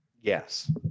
yes